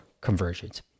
conversions